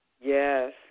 Yes